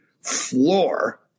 floor